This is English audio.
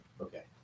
Okay